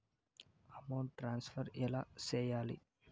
amount transfer ఎలా సేయాలి